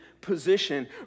position